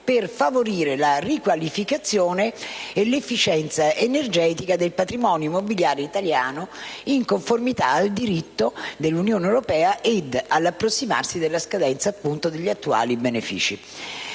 per favorire la riqualificazione e l'efficienza energetica del patrimonio immobiliare italiano, in conformità al diritto dell'Unione europea e all'approssimarsi della scadenza degli attuali benefici.